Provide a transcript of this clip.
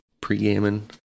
pre-gaming